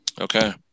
Okay